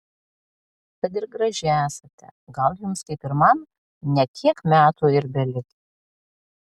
kad ir graži esate gal jums kaip ir man ne kiek metų ir belikę